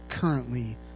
currently